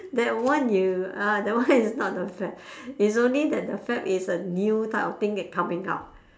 that one you ah that one is not a fad it's only that the fad is a new type of thing that coming out